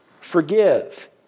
forgive